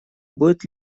будет